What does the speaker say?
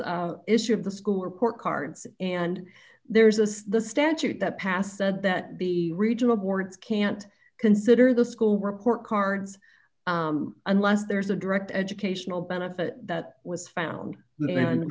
issue of the school report cards and there's a statute that passed said that the regional boards can't consider the school report cards unless there's a direct educational benefit that was found land